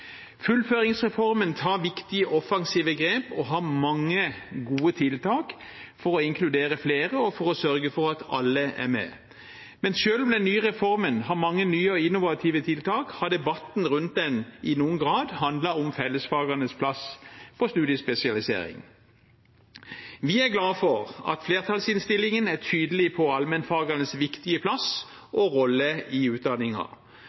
Fullføringsreformen tar viktige offensive grep og har mange gode tiltak for å inkludere flere og for å sørge for at alle er med. Selv om den nye reformen har mange nye og innovative tiltak, har debatten rundt den i noen grad handlet om fellesfagenes plass på studiespesialisering. Vi er glade for at flertallsinnstillingen er tydelig på allmennfagenes viktige plass og rolle i